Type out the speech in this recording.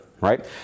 right